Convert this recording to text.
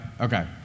Okay